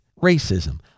racism